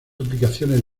aplicaciones